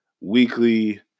weekly